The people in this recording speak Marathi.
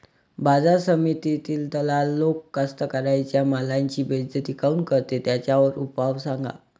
बाजार समितीत दलाल लोक कास्ताकाराच्या मालाची बेइज्जती काऊन करते? त्याच्यावर उपाव सांगा